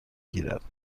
گیرد